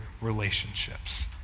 relationships